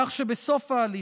כך שבסוף ההליך,